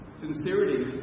Sincerity